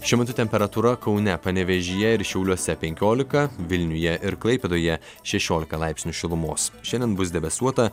šiuo metu temperatūra kaune panevėžyje ir šiauliuose penkiolika vilniuje ir klaipėdoje šešiolika laipsnių šilumos šiandien bus debesuota